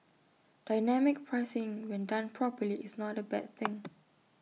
dynamic pricing when done properly is not A bad thing